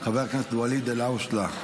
חבר הכנסת ואליד אלהואשלה,